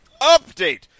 Update